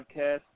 podcast